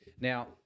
Now